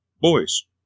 boys